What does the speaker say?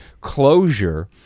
closure